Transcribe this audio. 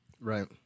Right